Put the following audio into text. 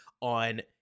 on